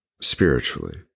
spiritually